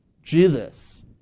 Jesus